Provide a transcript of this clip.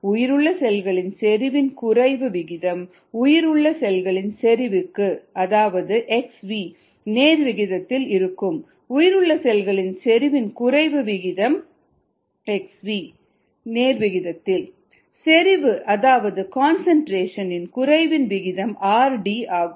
உயிருள்ள செல்களின் செறிவின் குறைவு விகிதம் உயிருள்ள செல்களின் செறிவுக்கு அதாவது xvநேர் விகிதத்தில் இருக்கும் உயிருள்ள செல்களின் செறிவின் குறைவு விகிதம் xv செறிவு அதாவது கன்சன்ட்ரேஷன் இன் குறைவின் விகிதம் rd ஆகும்